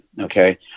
okay